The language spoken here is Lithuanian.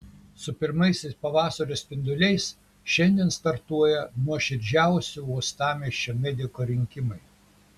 su pirmaisiais pavasario spinduliais šiandien startuoja nuoširdžiausio uostamiesčio mediko rinkimai